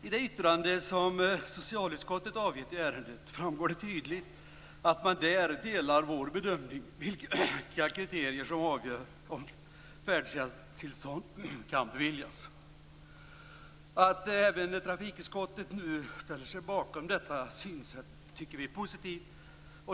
I det yttrande som socialutskottet avgett i ärendet framgår det tydligt att man där delar vår bedömning av vilka kriterier som avgör om färdtjänsttillstånd kan beviljas. Att även trafikutskottet nu ställer sig bakom detta synsätt tycker vi är positivt.